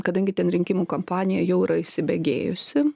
kadangi ten rinkimų kampanija jau yra įsibėgėjusi